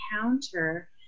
counter